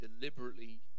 deliberately